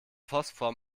phosphor